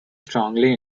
strongly